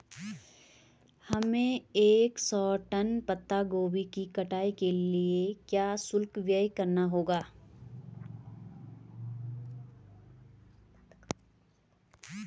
हमें एक सौ टन पत्ता गोभी की कटाई के लिए क्या शुल्क व्यय करना होगा?